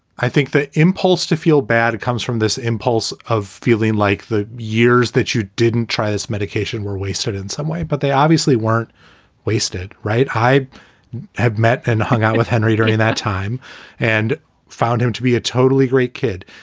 i think the impulse to feel bad comes from this impulse of feeling like the years that you didn't try this medication were wasted in some way. but they obviously weren't wasted. right. i have met and hung out with henry during that time and found him to be a totally great kid.